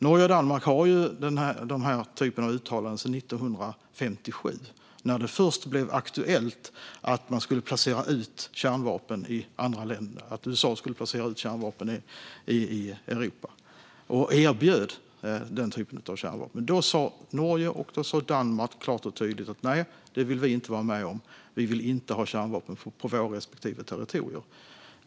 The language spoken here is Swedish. Norge och Danmark har ju den här typen av uttalanden sedan 1957, när det först blev aktuellt att USA skulle placera ut kärnvapen i Europa och erbjöd sådana vapen. Då sa Norge och Danmark klart och tydligt: Nej, det vill vi inte vara med om. Vi vill inte ha kärnvapen på våra respektive territorier!